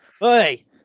Hey